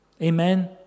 Amen